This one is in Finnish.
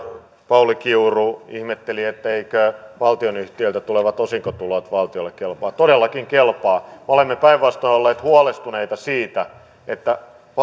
pauli kiuru ihmetteli eivätkö valtionyhtiöiltä tulevat osinkotulot valtiolle kelpaa todellakin kelpaavat me olemme päinvastoin olleet huolestuneita siitä että